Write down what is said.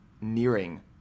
nearing